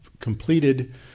completed